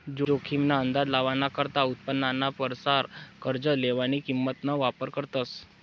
जोखीम ना अंदाज लावाना करता उत्पन्नाना परसार कर्ज लेवानी किंमत ना वापर करतस